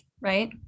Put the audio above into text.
right